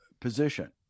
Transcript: position